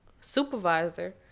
supervisor